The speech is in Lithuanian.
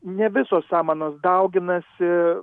ne visos samanos dauginasi